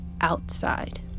outside